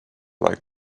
like